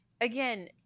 again